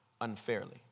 unfairly